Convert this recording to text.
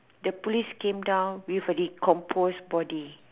the police came down with a decomposed body